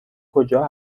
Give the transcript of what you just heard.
کجا